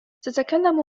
تتكلم